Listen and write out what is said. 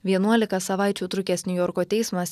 vienuolika savaičių trukęs niujorko teismas